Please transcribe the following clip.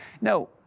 No